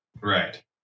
Right